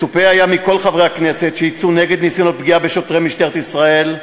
מצופה היה מכל חברי הכנסת שיצאו נגד ניסיון הפגיעה בשוטרי משטרת ישראל,